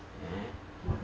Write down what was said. eh